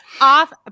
Off